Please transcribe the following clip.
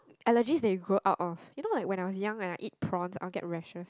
allergic that's you grow up of you know like when I was young when I eat prawn I will get reaction